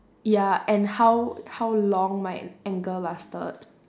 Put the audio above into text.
ya and how how long my anger lasted